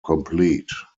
complete